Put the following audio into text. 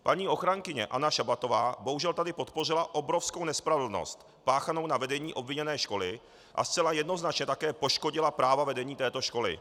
Paní ochránkyně Anna Šabatová bohužel tady podpořila obrovskou nespravedlnost páchanou na vedení obviněné školy a zcela jednoznačně také poškodila práva vedení této školy.